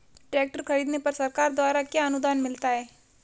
Tractor खरीदने पर सरकार द्वारा क्या अनुदान मिलता है?